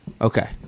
Okay